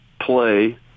play